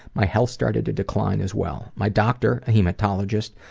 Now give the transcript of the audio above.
my health started to decline as well. my doctor, a hematologist,